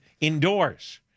indoors